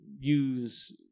use